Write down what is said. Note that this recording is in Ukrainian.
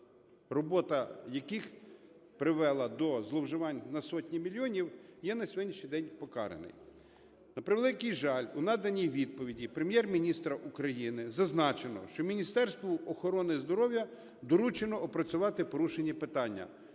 робота яких привела до зловживань на сотні мільйонів, є на сьогоднішній день покараний. На превеликий жаль, у наданій відповіді Прем'єр-міністра України зазначено, що Міністерству охорони здоров'я доручено опрацювати порушені питання.